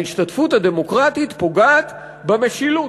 ההשתתפות הדמוקרטית פוגעת במשילות,